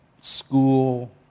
school